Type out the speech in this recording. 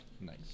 Nice